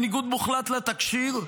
בניגוד מוחלט לתקשי"ר,